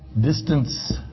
distance